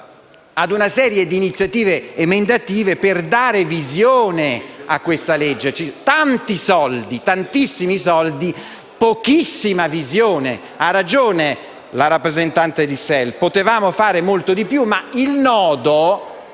ad una serie di iniziative emendative per dare visione a questa legge. Tanti, tantissimi soldi, ma pochissima visione. Ha ragione la rappresentante di SEL: potevamo fare molto di più. Ma il nodo